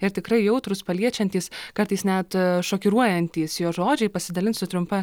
ir tikrai jautrūs paliečiantys kartais net šokiruojantys jo žodžiai pasidalinsiu trumpa